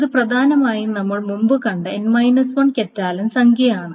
ഇത് പ്രധാനമായും നമ്മൾ മുമ്പ് കണ്ട കറ്റാലൻ സംഖ്യയാണ്